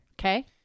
Okay